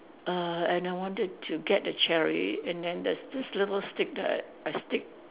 err and I wanted to get a cherry and then there's this little stick that I I stick